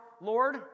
Lord